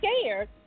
scared